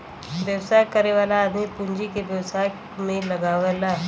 व्यवसाय करे वाला आदमी पूँजी के व्यवसाय में लगावला